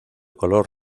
color